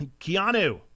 Keanu